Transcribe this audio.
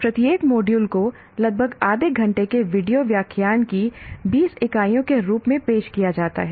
प्रत्येक मॉड्यूल को लगभग आधे घंटे के वीडियो व्याख्यान की 20 इकाइयों के रूप में पेश किया जाता है